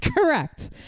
correct